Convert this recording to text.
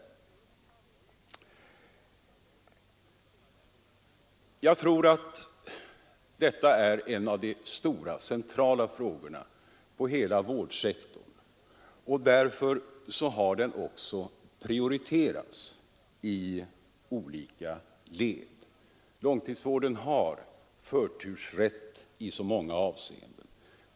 Långtidssjukvården är en av de stora och centrala frågorna inom vårdsektorn, och därför har den också prioriterats i olika led. Långtidsvården har förtursrätt i många avseenden.